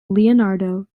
leonardo